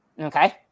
Okay